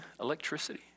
Electricity